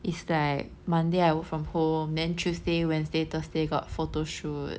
it's like monday I work from home then tuesday wednesday thursday got photo shoot